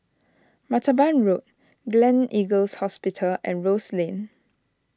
Martaban Road Gleneagles Hospital and Rose Lane